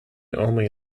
only